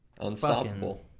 Unstoppable